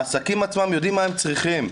העסקים עצמם יודעים מה הם צריכים.